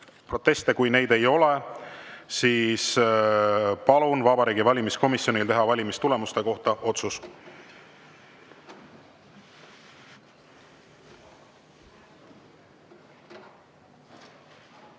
proteste? Kui neid ei ole, siis palun Vabariigi Valimiskomisjonil teha valimistulemuste kohta